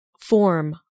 form